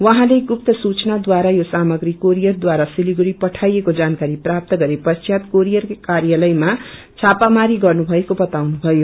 उहाँले गुप्त सूचनाबारा यो सामग्री कोरियरबारा सिलगढ़ी पठाइएको जानकारी प्राप्त गरे पश्यात कोरियर कार्यालयमा छापामारी गर्नु भएको बताउनु भयो